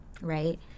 right